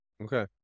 Okay